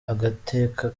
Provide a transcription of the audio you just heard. agateka